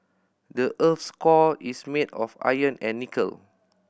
the earth core is made of iron and nickel